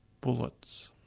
bullets